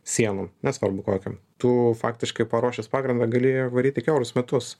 sienom nesvarbu kokiom tu faktiškai paruošęs pagrindą gali varyti kiaurus metus